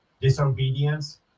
disobedience